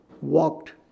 walked